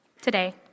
today